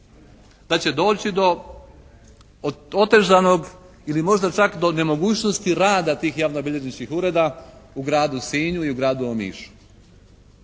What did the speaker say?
da će doći do otežanog ili možda čak do nemogućnosti rada tih javnobilježničkih ureda u gradu Sinju i u gradu Omišu.